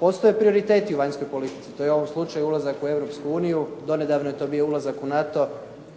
Postoje prioriteti u vanjskoj politici. To je u ovom slučaju ulazak u Europsku uniju. Do nedavno je to bio ulazak u NATO.